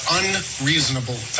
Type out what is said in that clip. unreasonable